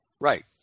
right